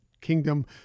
Kingdom